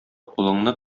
кулыңны